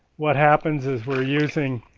what happens is we're using